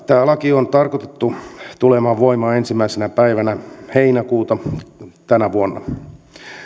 tämä laki on tarkoitettu tulemaan voimaan ensimmäisenä päivänä heinäkuuta tänä vuonna